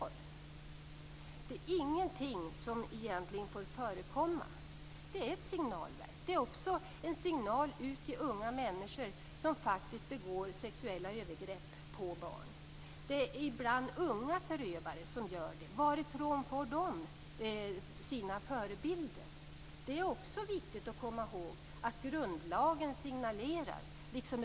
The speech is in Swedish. Det är ingenting som egentligen får förekomma. Det här är ett signalverk. Det är också en signal till unga människor som faktiskt begår sexuella övergrepp på barn. Det är ibland unga förövare som gör det. Varifrån får de sina förebilder? Det är också viktigt att komma ihåg grundlagens signaler.